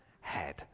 head